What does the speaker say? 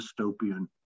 dystopian